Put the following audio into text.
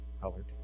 Colored